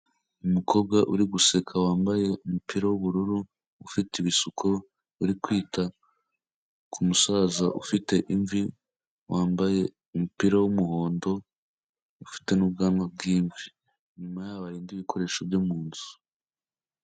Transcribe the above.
Umukobwa uri guseka wambaye umupira w'ubururu ufite ibishuko, uri kwita ku musaza ufite imvi wambaye umupira w'umuhondo, ufite n'ubwanwa bw'imvi, inyuma yabo hari ibikoresho byo mu nzu.